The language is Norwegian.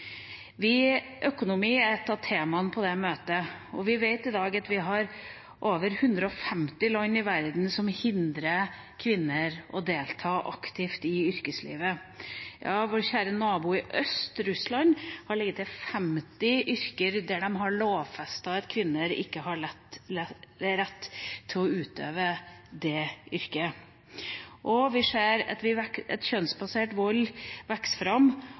Økonomi er ett av temaene på det møtet, og vi vet at vi i dag har over 150 land i verden som hindrer kvinner i å delta aktivt i yrkeslivet. Vår kjære nabo i øst, Russland, har til og med 50 yrker som det er lovfestet at kvinner ikke har rett til å utøve. Vi ser at kjønnsbasert vold vokser fram og må bekjempes sterkt over hele verden. Jeg hadde ønsket at